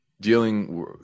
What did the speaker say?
dealing